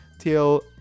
till